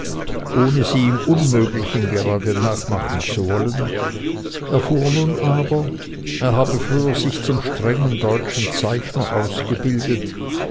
ohne sie im unmöglichen gerade nachmachen zu wollen erfuhr nun aber er habe früher sich zum strengen deutschen zeichner ausgebildet